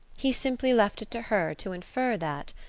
he simply left it to her to infer that,